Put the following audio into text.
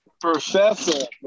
Professor